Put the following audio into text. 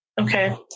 Okay